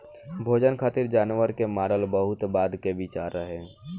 भोजन खातिर जानवर के मारल बहुत बाद के विचार रहे